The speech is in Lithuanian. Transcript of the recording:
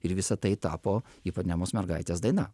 ir visa tai tapo ipanemos mergaitės daina